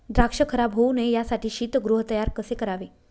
द्राक्ष खराब होऊ नये यासाठी शीतगृह तयार कसे करावे?